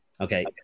okay